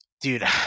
dude